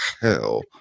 hell